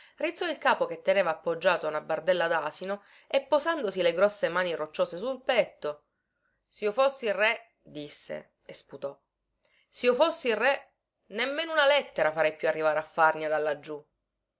rizzò il capo che teneva appoggiato a una bardella dasino e posandosi le grosse mani rocciose sul petto sio fossi re disse e sputò sio fossi re nemmeno una lettera farei più arrivare a farnia da laggiù